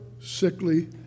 sickly